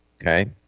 Okay